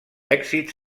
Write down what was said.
èxits